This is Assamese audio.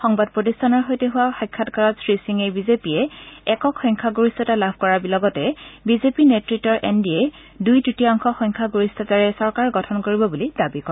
সংবাদ প্ৰতিষ্ঠানৰ সৈতে হোৱা সাক্ষাৎকাৰত শ্ৰী সিঙে বিজেপিয়ে একক সংখ্যাগৰিষ্ঠতা লাভ কৰাৰ লগতে বিজেপি নেত়ত্বৰ এন ডি এ দুই তৃতীয়াংশ সংখ্যাগৰিষ্ঠতাৰে চৰকাৰ গঠন কৰিব বুলি দাবী কৰে